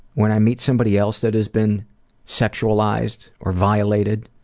when i meet somebody else that has been sexualized or violated